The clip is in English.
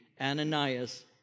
Ananias